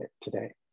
today